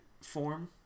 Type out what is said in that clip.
form